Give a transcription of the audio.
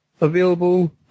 available